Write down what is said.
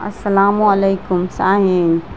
السلام علیکم شاہین